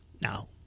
Now